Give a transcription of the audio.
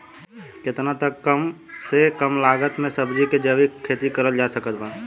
केतना तक के कम से कम लागत मे सब्जी के जैविक खेती करल जा सकत बा?